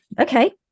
Okay